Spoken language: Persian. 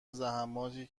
زحمتایی